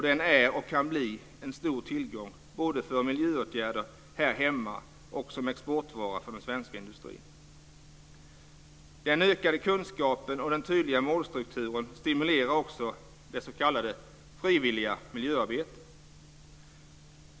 Den är och kan bli en stor tillgång både för miljöåtgärder här hemma och som exportvara för den svenska industrin. Den ökade kunskapen om den tydliga målstrukturen stimulerar också det s.k. frivilliga miljöarbetet.